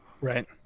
right